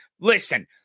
Listen